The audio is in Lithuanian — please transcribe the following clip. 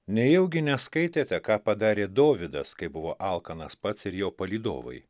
nejaugi neskaitėte ką padarė dovydas kai buvo alkanas pats ir jo palydovai